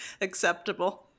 acceptable